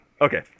Okay